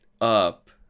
up